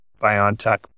BioNTech